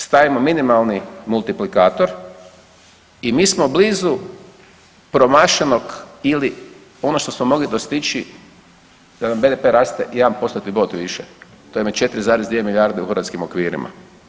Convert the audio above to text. Stavimo minimalni multiplikator i mi smo blizu promašenog ili ono što smo mogli dostići da nam BDP-e raste 1%-tni bod više to vam je 4,2 milijarde u hrvatskim okvirima.